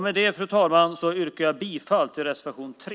Med detta, fru talman, yrkar jag bifall till reservation 3.